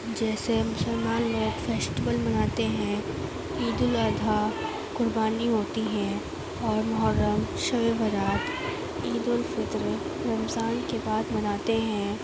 جیسے مسلمان لوگ فیسٹیول مناتے ہیں عیدالاضحیٰ قربانی ہوتی ہے اور محرم شب برات عید الفطر رمضان کے بعد مناتے ہیں